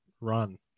run